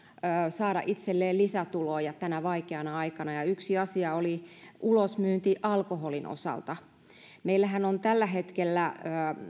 saada itselleen lisätuloja tänä vaikeana aikana ja yksi asia oli ulosmyynti alkoholin osalta meillähän on tällä hetkellä